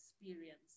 experience